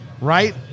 right